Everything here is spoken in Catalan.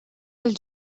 dels